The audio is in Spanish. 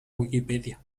wikipedia